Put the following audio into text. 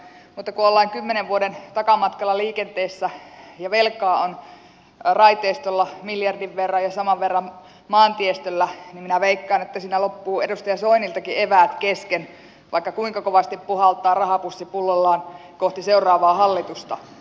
mutta kun ollaan kymmenen vuoden takamatkalla liikenteessä ja velkaa on raiteistolla miljardin verran ja saman verran maantiestöllä niin minä veikkaan että siinä loppuvat edustaja soiniltakin eväät kesken vaikka kuinka kovasti puhaltaa rahapussi pullollaan kohti seuraavaa hallitusta